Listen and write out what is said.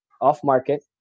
off-market